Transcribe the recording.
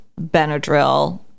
Benadryl